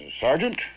Sergeant